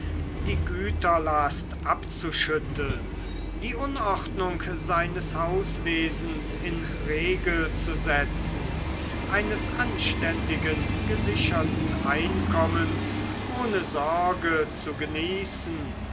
die güterlast abzuschütteln die unordnung seines hauswesens in regel zu setzen eines anständigen gesicherten einkommens ohne sorge zu genießen